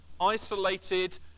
isolated